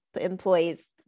employees